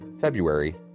February